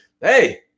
hey